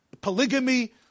polygamy